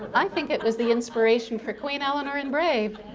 i think it was the inspiration for queen eleanor in brave,